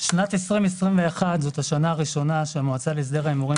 שנת 2021 היא השנה הראשונה שהמועצה להסדר ההימורים